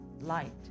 light